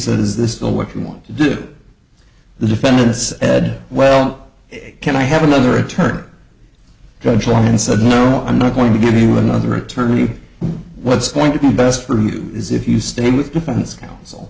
is this still what you want to do the defense ed well can i have another attorney or judge along and said no i'm not going to give you another attorney what's going to be best for me is if you stay with defense counsel